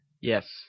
Yes